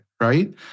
right